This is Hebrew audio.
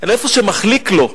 אלא איפה שמחליק לו.